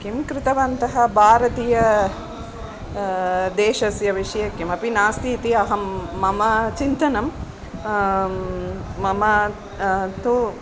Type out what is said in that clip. किं कृतवन्तः भारतीय देशस्य विषये किमपि नास्ति इति अहं मम चिन्तनं मम तु